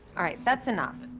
all right. that's enough.